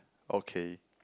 okay